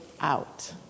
out